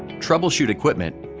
troubleshoot equipment,